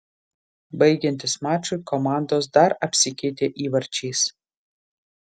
baigiantis mačui komandos dar apsikeitė įvarčiais